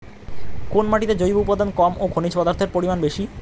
কোন মাটিতে জৈব উপাদান কম ও খনিজ পদার্থের পরিমাণ বেশি?